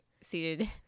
seated